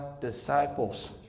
disciples